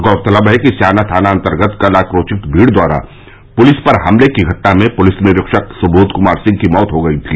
गौरतलब है कि स्याना थाना अन्तर्गत कल आक्रोशित भीड़ द्वारा पुलिस पर हमले की घटना में पुलिस निरीक्षक सुबोध कुमार सिंह की मौत हो गई थी